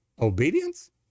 Obedience